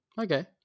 Okay